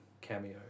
cameo